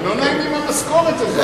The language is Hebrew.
לא נעים, עם המשכורת הזאת.